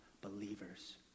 believers